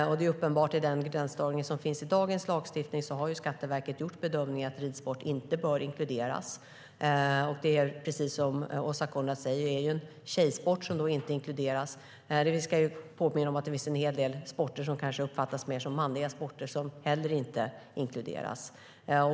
I den gränsdragning som finns i dagens lagstiftning har Skatteverket gjort bedömningen att ridsport inte bör inkluderas. Det är, precis som Åsa Coenraads säger, en tjejsport som inte inkluderas. Vi ska dock påminna om att det finns en hel del sporter som kanske uppfattas som mer manliga men som heller inte inkluderas.